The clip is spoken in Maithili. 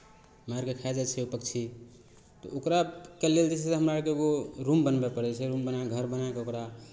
मारि कऽ खाय जाइ छै ओ पक्षी तऽ ओकराके लेल जे छै से हमरा आरकेँ एगो रूम बनबय पड़ै छै रूम बना कऽ घर बना कऽ ओकरा